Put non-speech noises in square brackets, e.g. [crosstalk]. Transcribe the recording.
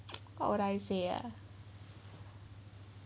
[noise] what would I say ah